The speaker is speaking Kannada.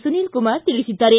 ಸುನೀಲ್ ಕುಮಾರ್ ತಿಳಿಸಿದ್ದಾರೆ